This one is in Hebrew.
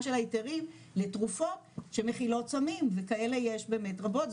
של ההיתרים לתרופות שמכילות סמים וכאלה יש באמת רבות,